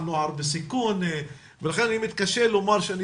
על נוער בסיכון ולכן אני מתקשה לומר שאני